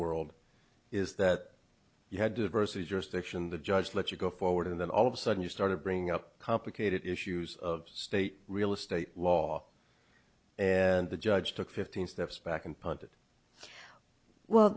world is that you had diversity jurisdiction the judge let you go forward and then all of a sudden you started bringing up complicated issues of state real estate law and the judge took fifteen steps back and